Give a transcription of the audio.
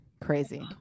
Crazy